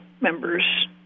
members